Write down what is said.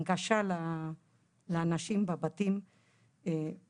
המטרה שלנו היא לאפשר לבעלי מקצועות נוספים לבצע